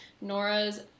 Nora's